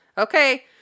Okay